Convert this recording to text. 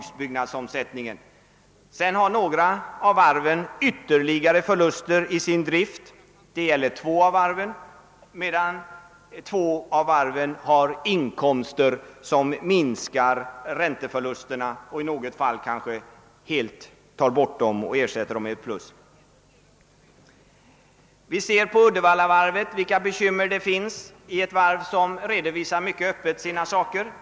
Sedan har två av varven ytterligare förluster i sin drift, medan två av dem har inkomster som minskar ränteförlusterna och i något fall kanske helt tar bort dem och ersätter dem med ett plus. Uddevallavarvet redovisar mycket öppet sin ställning, och vi ser vilka bekymmer detta varv har.